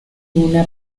una